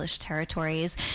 territories